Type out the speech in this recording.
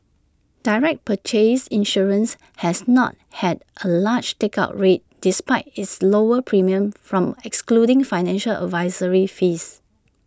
direct purchase insurance has not had A large take up rate despite its lower premiums from excluding financial advisory fees